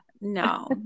no